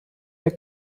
der